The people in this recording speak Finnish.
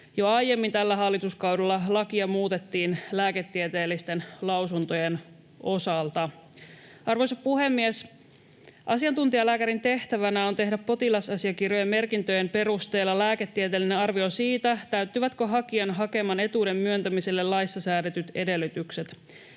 Jo aiemmin tällä hallituskaudella lakia muutettiin lääketieteellisten lausuntojen osalta. Arvoisa puhemies! Asiantuntijalääkärin tehtävänä on tehdä potilasasiakirjojen merkintöjen perusteella lääketieteellinen arvio siitä, täyttyvätkö hakijan hakeman etuuden myöntämiselle laissa säädetyt edellytykset.